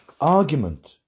argument